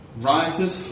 rioted